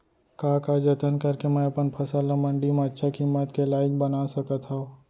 का का जतन करके मैं अपन फसल ला मण्डी मा अच्छा किम्मत के लाइक बना सकत हव?